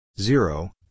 Zero